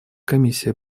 комиссия